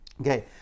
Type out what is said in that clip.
Okay